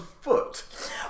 foot